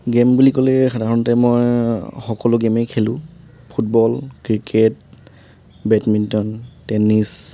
game বুলি ক'লে সাধাৰণতে মই সকলো গেমেই খেলোঁ ফুটবল ক্ৰিকেট বেডমিন্টন টেনিছ